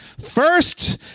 First